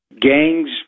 gangs